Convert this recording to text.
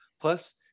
Plus